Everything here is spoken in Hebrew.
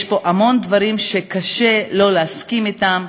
יש פה המון דברים שקשה לא להסכים אתם,